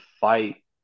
fight